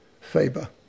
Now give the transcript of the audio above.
Faber